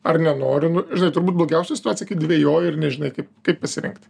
ar nenoriu nu žinai turbūt blogiausia situacija kai dvejoji ir nežinai kaip kaip pasirinkti